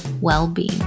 well-being